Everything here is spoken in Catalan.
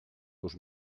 dos